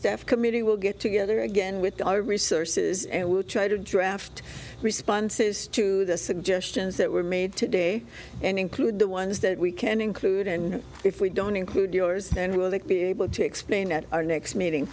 staff committee will get together again with all resources and we'll try to draft responses to the suggestions that were made today and include the ones that we can include and if we don't include yours then we will that be able to explain at our next meeting